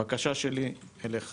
בקשה שלי אליך